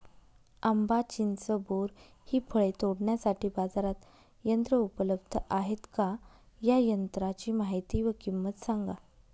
आंबा, चिंच, बोर हि फळे तोडण्यासाठी बाजारात यंत्र उपलब्ध आहेत का? या यंत्रांची माहिती व किंमत सांगा?